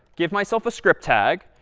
give myself a script tag.